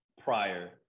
prior